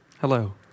Hello